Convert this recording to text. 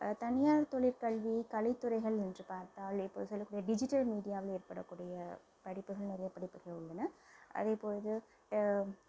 தனியார் தொழிற்கல்வி கலைத்துறைகள் என்று பார்த்தால் இப்போ சொல்லக்கூடிய டிஜிட்டல் மீடியாவில் ஏற்படக்கூடிய படிப்புகள் நெறைய படிப்புகள் உள்ளன அது பொழுது